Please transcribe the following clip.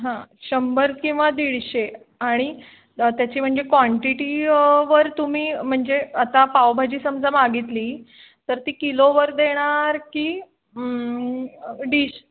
हां शंभर किंवा दीडशे आणि त्याची म्हणजे क्वांटिटी वर तुम्ही म्हणजे आता पावभाजी समजा मागितली तर ती किलोवर देणार की डीश